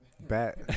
Bat